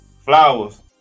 flowers